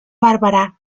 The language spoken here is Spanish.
barbara